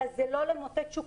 אלא זה לא למוטט שוק.